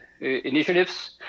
initiatives